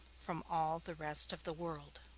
from all the rest of the world.